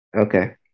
Okay